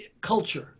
culture